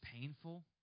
painful